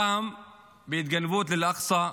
פעם בהתגנבות לאל-אקצא,